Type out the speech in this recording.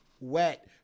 wet